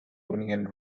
onion